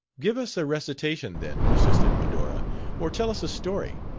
give us a recitation, then, persisted medora or tell us a story.